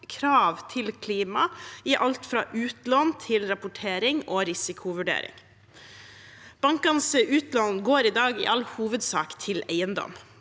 krav til klima i alt fra utlån til rapportering og risikovurdering. Bankenes utlån går i dag i all hovedsak til eiendom.